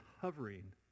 hovering